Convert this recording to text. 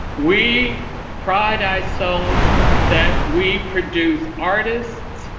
we pride ourselves that we produce artists,